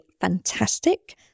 fantastic